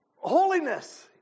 holiness